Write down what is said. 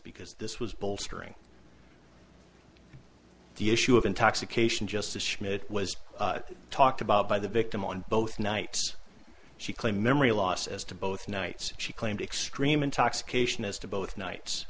because this was bolstering the issue of intoxication just a schmidt was talked about by the victim on both nights she claimed memory loss as to both nights she claimed extreme intoxication as to both nights